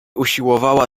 usiłowała